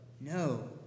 No